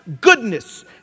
goodness